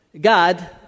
God